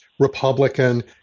Republican